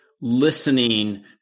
listening